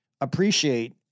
appreciate